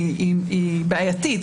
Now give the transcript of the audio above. היא בעייתית.